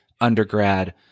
undergrad